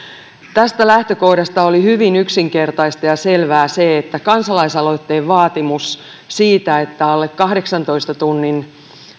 tästä lähtökohdasta oli hyvin yksinkertaista ja selvää se että kansalaisaloitteen vaatimus siitä että alle kahdeksantoista tunnin